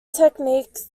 techniques